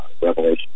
Revelation